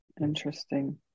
Interesting